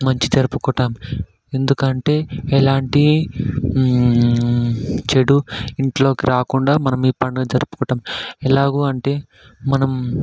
మంచి జరుపుకుంటాం ఎందుకంటే ఎలాంటి చెడు ఇంట్లోకి రాకుండా మనం ఈ పండుగ జరుపుకుంటాం ఎలాగు అంటే మనం